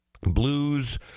Blues